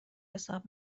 حساب